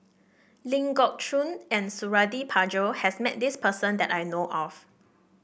Ling Geok Choon and Suradi Parjo has met this person that I know of